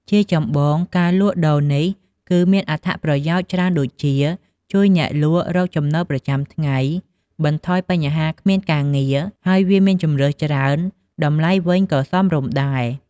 ជាចម្បង ការលក់ដូរនេះគឺមានអត្ថប្រយោជន៍ច្រើនដូចជា ជួយអ្នកលក់រកចំណូលប្រចាំថ្ងៃ បន្ថយបញ្ហាគ្មានការងារ ហើយវាមានជម្រើសច្រើន តម្លៃវិញក៏សមរម្យដែរ។